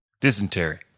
Dysentery